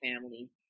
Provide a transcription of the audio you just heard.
family